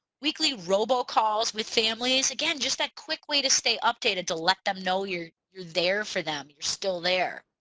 weekly robocalls with families again just that quickly to stay updated to let them know you're you're there for them you're still there.